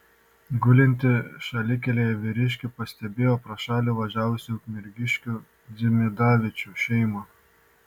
gulintį šalikelėje vyriškį pastebėjo pro šalį važiavusi ukmergiškių dzimidavičių šeima